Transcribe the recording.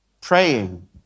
praying